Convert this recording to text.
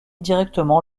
directement